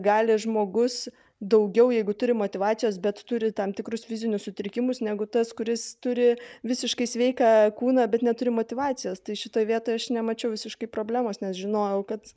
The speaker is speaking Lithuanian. gali žmogus daugiau jeigu turi motyvacijos bet turi tam tikrus fizinius sutrikimus negu tas kuris turi visiškai sveiką kūną bet neturi motyvacijos tai šitoj vietoj aš nemačiau visiškai problemos nes žinojau kad